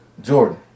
Jordan